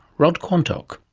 rod quantock.